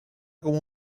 como